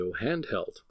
handheld